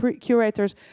curators